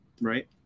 right